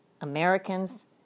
Americans